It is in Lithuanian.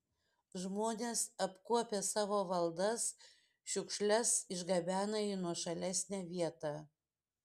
žmonės apkuopę savo valdas šiukšles išgabena į nuošalesnę vietą